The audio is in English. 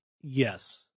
yes